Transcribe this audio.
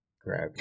Grab